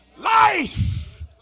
life